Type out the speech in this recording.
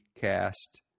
cast